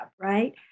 right